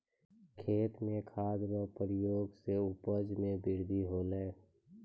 खेत मे खाद रो प्रयोग से उपज मे बृद्धि होलै